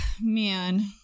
man